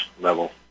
level